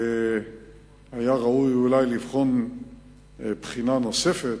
היה ראוי אולי לבחון בחינה נוספת,